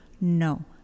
No